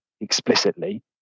explicitly